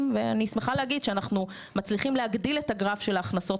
ואני שמחה להגיד שאנחנו מצליחים להגדיל את הגרף של ההכנסות